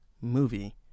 movie